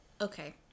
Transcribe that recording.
okay